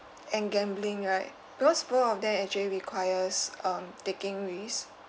and gambling right because both of them actually requires um taking risks